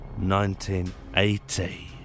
1980